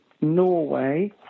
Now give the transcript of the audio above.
Norway